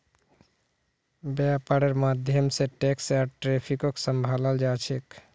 वैपार्र माध्यम से टैक्स आर ट्रैफिकक सम्भलाल जा छे